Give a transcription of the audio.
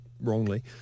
Wrongly